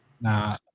Nah